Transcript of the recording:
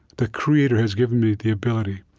the creator has given me the ability.